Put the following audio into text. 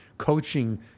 Coaching